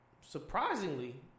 surprisingly